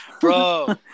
bro